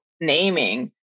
naming